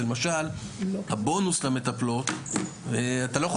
זה למשל הבונוס למטפלות ואתה לא יכול